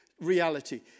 reality